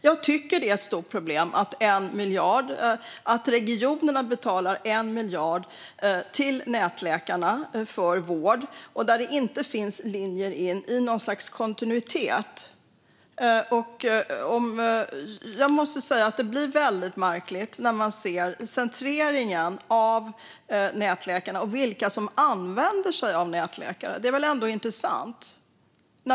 Jag tycker att det är ett stort problem att regionerna betalar 1 miljard till nätläkarna för vård där det inte finns linjer in i något slags kontinuitet. Jag måste säga att det är väldigt märkligt hur centreringen av nätläkarna och vilka som använder sig av nätläkare ser ut. Det är intressant.